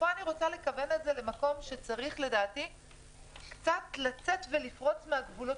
פה אני רוצה לכוון את זה למקום שצריך קצת לצאת ולפרוץ מהגבולות